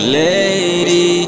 lady